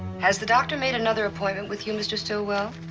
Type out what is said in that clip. has the doctor made another appointment with you, mr. stillwell?